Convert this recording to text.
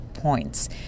points